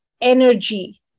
energy